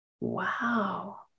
Wow